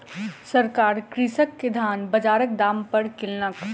सरकार कृषक के धान बजारक दाम पर किनलक